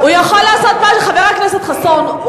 חבר הכנסת חסון,